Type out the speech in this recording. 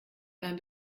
beim